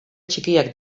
txikiak